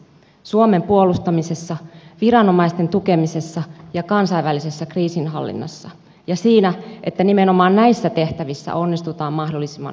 suomen puolustamisessa viranomaisten tukemisessa ja kansainvälisessä kriisinhallinnassa sekä siinä että nimenomaan näissä tehtävissä onnistutaan mahdollisimman hyvin